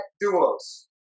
duos